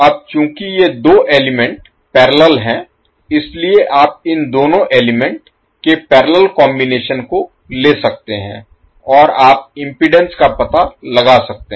अब चूंकि ये दो एलिमेंट् पैरेलल हैं इसलिए आप इन दोनों एलिमेंट् के पैरेलल कॉम्बिनेशन को ले सकते हैं और आप इम्पीडेन्स का पता लगा सकते हैं